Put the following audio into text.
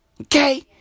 Okay